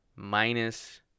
minus